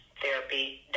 therapy